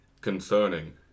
Concerning